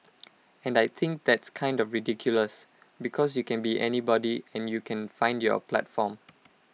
and I think that's kind of ridiculous because you can be anybody and you can find your platform